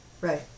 right